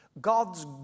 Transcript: God's